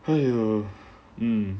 and you know um